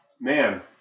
man